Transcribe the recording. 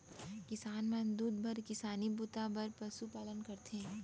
किसान मन दूद बर किसानी बूता बर पसु पालन करथे